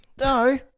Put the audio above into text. No